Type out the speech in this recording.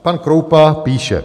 Pan Kroupa píše.